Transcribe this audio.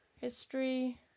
history